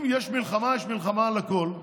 אם יש מלחמה, יש מלחמה על הכול.